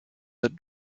that